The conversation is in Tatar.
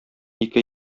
ике